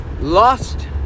lost